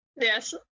Yes